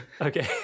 Okay